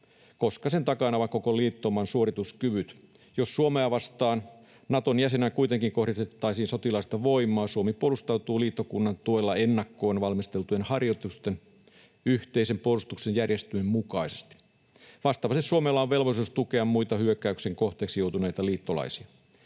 koska sen takana ovat koko liittouman suorituskyvyt. Jos Suomea vastaan Naton jäsenenä kuitenkin kohdistettaisiin sotilaallista voimaa, Suomi puolustautuu liittokunnan tuella ennakkoon valmisteltujen harjoitusten, yhteisen puolustuksen järjestelyn mukaisesti. Vastaavasti Suomella on velvollisuus tukea muita hyökkäyksen kohteeksi joutuneita liittolaisia.